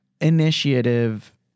initiative